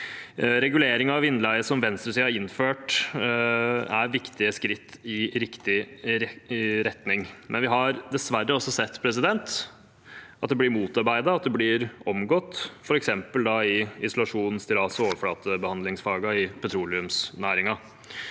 Regulering av innleie som venstresiden har innført, er viktige skritt i riktig retning, men vi har dessverre også sett at det blir motarbeidet, at det blir omgått, f.eks. i isolasjons-, stillas- og overflatebehandlingsfagene i petroleumsnæringen,